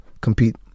compete